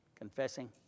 confessing